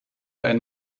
ein